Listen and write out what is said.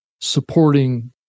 supporting